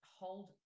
hold